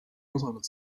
osanud